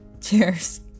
Cheers